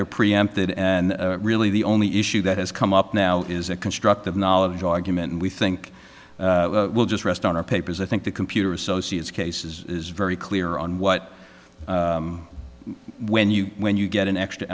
they're preempted and really the only issue that has come up now is a constructive knowledge argument and we think we'll just rest on our papers i think the computer associates case is very clear on what when you when you get an extra